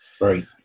Right